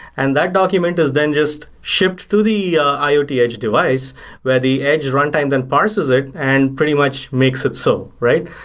and that document is then just shipped to the iot edge device where the edge runtime then parses it and pretty much makes it so, right?